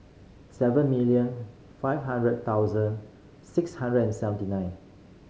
seven million five hundred thousand six hundred and seventy nine